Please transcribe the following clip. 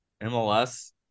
mls